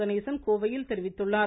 கணேசன் கோவையில் தெரிவித்துள்ளார்